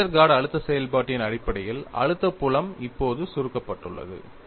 Westergaard அழுத்த செயல்பாட்டின் அடிப்படையில் அழுத்த புலம் இப்போது சுருக்கப்பட்டுள்ளது